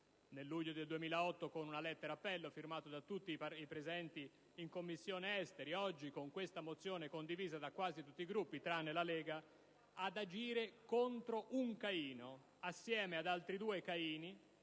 (nel luglio 2008 con una lettera-appello firmata da tutti i presenti in Commissione affari esteri, oggi con questa mozione condivisa da quasi tutti i Gruppi, tranne la Lega) ad occuparsi di un Caino, e di altri due Caini